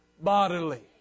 bodily